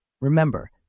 Remember